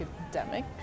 academic